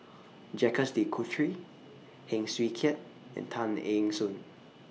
Jacques De Coutre Heng Swee Keat and Tay Eng Soon